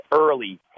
early